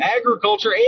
agriculture